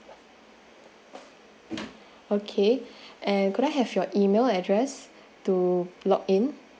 okay and could I have your email address to log in